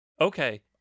Okay